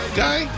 guy